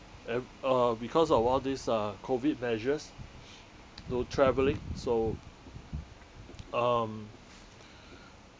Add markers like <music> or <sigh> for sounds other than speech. ev~ uh because of all this uh COVID measures no travelling so <noise> um <noise>